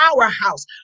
powerhouse